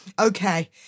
Okay